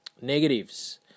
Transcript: Negatives